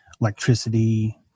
Electricity